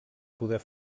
poder